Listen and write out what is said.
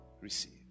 Receive